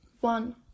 One